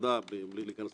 יש פה דבר